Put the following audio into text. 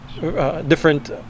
different